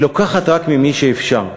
והיא לוקחת רק ממי שאפשר.